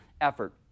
effort